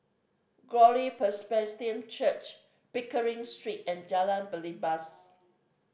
Glory Presbyterian Church Pickering Street and Jalan Belibas